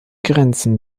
grenzen